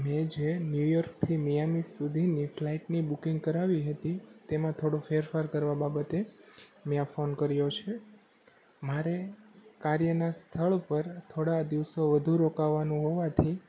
મેં જે ન્યુયોર્કથી મિયામી સુધીની ફ્લાઇટની બુકિંગ કરાવી હતી તેમાં થોડો ફેરફાર કરવા બાબતે મેં આ ફોન કર્યો છે મારે કાર્યના સ્થળ પર થોડા દિવસો વધુ રોકાવાનું હોવાથી